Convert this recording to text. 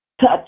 touch